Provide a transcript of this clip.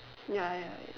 ya ya ya